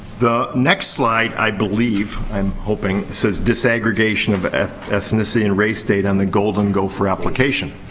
the next slide, i believe, i'm hoping, says disaggregation of ethnicity and race data on the golden gopher application.